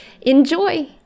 enjoy